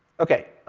okay.